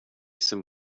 some